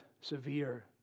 severe